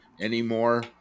anymore